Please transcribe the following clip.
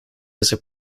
was